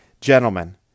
Gentlemen